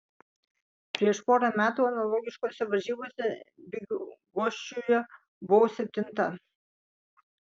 prieš porą metų analogiškose varžybose bydgoščiuje buvau septinta